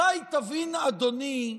מתי תבין, אדוני,